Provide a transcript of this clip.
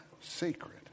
sacred